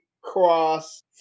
cross